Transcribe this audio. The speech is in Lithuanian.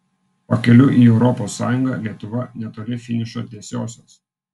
pakeliui į europos sąjungą lietuva netoli finišo tiesiosios